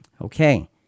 Okay